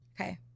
Okay